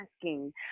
asking